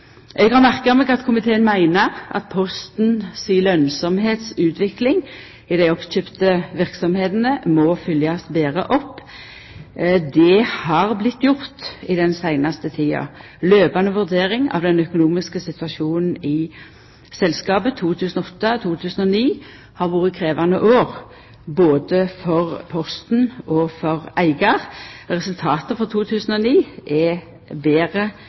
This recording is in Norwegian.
Eg har merka meg at komiteen meiner at Posten si lønsemdsutvikling i dei oppkjøpte verksemdene må følgjast betre opp. Det har vorte gjort i den seinaste tida – løpande vurdering av den økonomiske situasjonen i selskapet. 2008–2009 har vore krevjande år, både for Posten og for eigar. Resultatet for 2009 er betre